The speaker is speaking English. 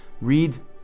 read